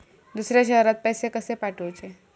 दुसऱ्या शहरात पैसे कसे पाठवूचे?